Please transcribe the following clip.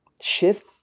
Shift